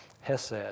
hesed